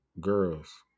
girls